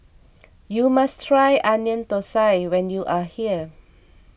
you must try Onion Thosai when you are here